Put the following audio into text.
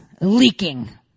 Leaking